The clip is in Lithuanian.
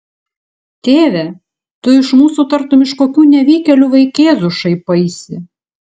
tėve tu iš mūsų tartum iš kokių nevykėlių vaikėzų šaipaisi